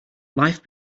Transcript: life